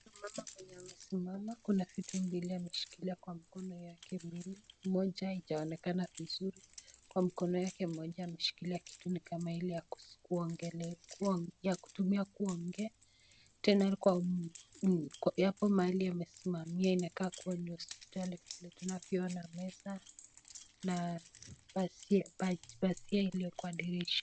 Mama mwenye amesimama, kuna vitu mbili ameshilikia kwa mkono yake mbili. Moja haijaonekana vizuri, kwa mkono yake moja ameshikilia kitu kama ya kutumia kuongea. Tena hapo mahali amesimamia inakaa kuwa ni hosipitali, vile tunavyo ona meza na pasia iliyo kwa dirisha.